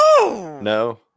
No